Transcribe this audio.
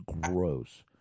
Gross